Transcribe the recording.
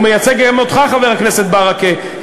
הוא מייצג גם אותך, חבר הכנסת ברכה.